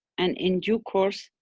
and in due course,